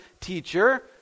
teacher